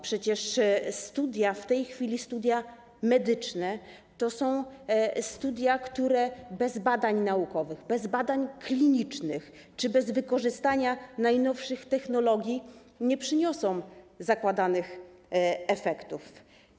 Przecież w tej chwili studia medyczne to są studia, które bez badań naukowych, bez badań klinicznych czy bez wykorzystania najnowszych technologii nie przyniosą zakładanych efektów.